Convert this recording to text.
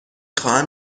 خواهم